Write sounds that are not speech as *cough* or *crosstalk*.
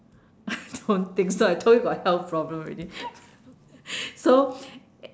*laughs* I don't think so I told you got health problem already *laughs* so